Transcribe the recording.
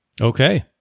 Okay